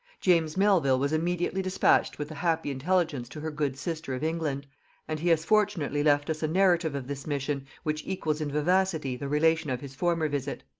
james melvil was immediately dispatched with the happy intelligence to her good sister of england and he has fortunately left us a narrative of this mission, which equals in vivacity the relation of his former visit.